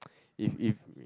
if if